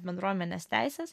bendruomenės teises